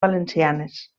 valencianes